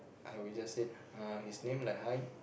I will just say uh his name like hi